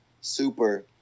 super